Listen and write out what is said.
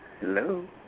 Hello